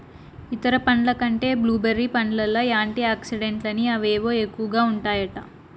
ఇతర పండ్ల కంటే బ్లూ బెర్రీ పండ్లల్ల యాంటీ ఆక్సిడెంట్లని అవేవో ఎక్కువగా ఉంటాయట